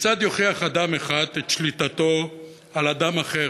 "'כיצד יוכיח אדם אחד את שליטתו על אדם אחר,